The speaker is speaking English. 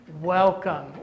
welcome